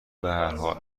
بحرحال